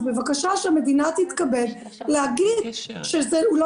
אז בבקשה שהמדינה תתכבד להגיד שלא